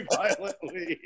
violently